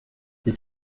iyi